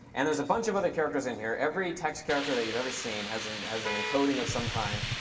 and there's a bunch of other characters in here. every text character that you've ever seen has an has an encoding of some kind,